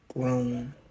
grown